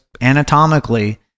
anatomically